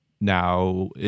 now